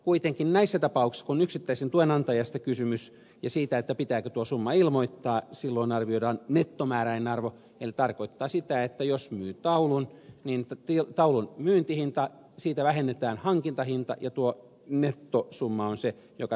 kuitenkin näissä tapauksissa kun yksittäisen tuen antajasta on kysymys ja siitä pitääkö tuo summa ilmoittaa silloin arvioidaan nettomääräinen arvo eli tarkoittaa sitä että jos myy taulun niin taulun myyntihinnasta vähennetään hankintahinta ja tuo nettosumma on se joka tueksi ilmoitetaan